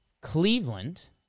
Cleveland